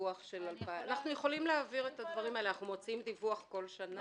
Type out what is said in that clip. אנחנו מוציאים דיווח כל שנה.